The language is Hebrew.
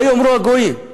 מה יאמרו הגויים?